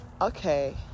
okay